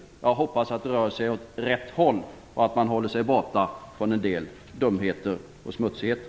Jag hoppas att det rör sig åt rätt håll och att man håller sig borta från en del dumheter och smutsigheter.